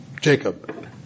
Jacob